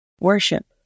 Worship